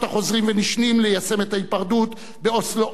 ונשנים ליישם את ההיפרדות באוסלו א',